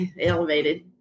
elevated